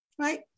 right